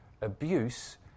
abuse